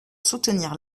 soutenir